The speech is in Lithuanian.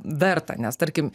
verta nes tarkim